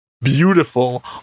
beautiful